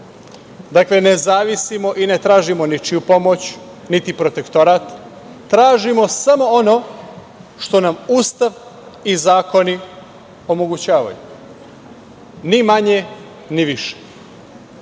idemo. Ne zavisimo i ne tražimo ničiju pomoć, niti protektorat, tražimo samo ono što nam Ustav i zakoni omogućavaju. Ni manje, ni više. Ako